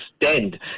extend